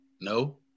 no